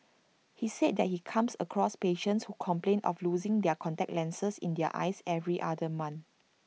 he said that he comes across patients who complain of losing their contact lenses in their eyes every other month